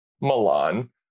Milan